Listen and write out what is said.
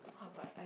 how about I